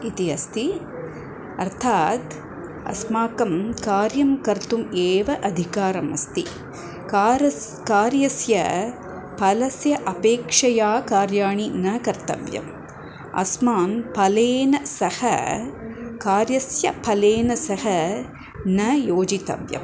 इति अस्ति अर्थात् अस्माकं कार्यं कर्तुम् एव अधिकारम् अस्ति कारस् कार्यस्य फलस्य अपेक्षया कार्याणि न कर्तव्यम् अस्मान् फलेन सह कार्यस्य सह न योजितव्यम्